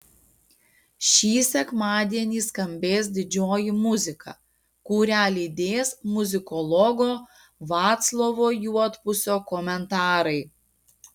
šį sekmadienį skambės didžioji muzika kurią lydės muzikologo vaclovo juodpusio komentarai